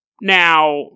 Now